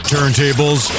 Turntables